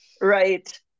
Right